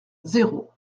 zéro